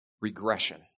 regression